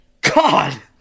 God